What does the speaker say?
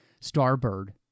starbird